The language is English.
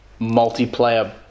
multiplayer